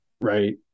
Right